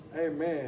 Amen